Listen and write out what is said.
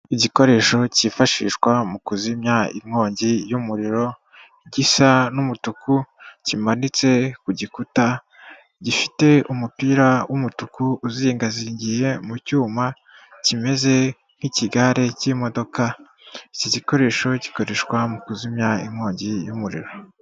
Igikoresho cyifashishwa mu kuzimya inkongi y'umuriro gisa n'umutuku kimanitse ku gikuta, gifite umupira w'umutuku uzingazingiye mu cyuma kimeze nk'ikigare cy'imodoka. Iki gikoresho gikoreshwa mu kuzimya inkongi y'umuriro.